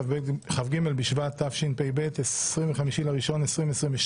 כ"ג בשבט תשפ"ב 25.1.2022,